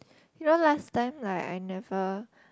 you know last time like I never